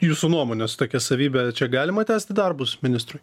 jūsų nuomone su tokia savybe čia galima tęsti darbus ministrui